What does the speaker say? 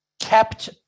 kept